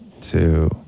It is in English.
two